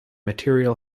material